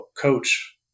coach